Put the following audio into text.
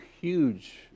huge